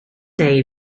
day